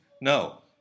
No